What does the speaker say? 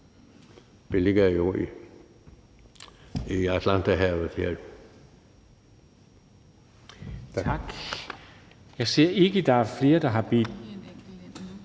Vi ligger jo i Atlanterhavet. Kl.